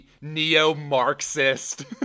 neo-Marxist